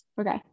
Okay